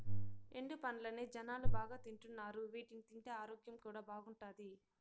ఎండు పండ్లనే జనాలు బాగా తింటున్నారు వీటిని తింటే ఆరోగ్యం కూడా బాగుంటాది